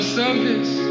service